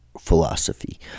philosophy